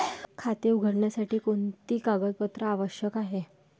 खाते उघडण्यासाठी कोणती कागदपत्रे आवश्यक आहे?